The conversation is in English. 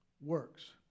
works